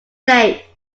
date